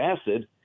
acid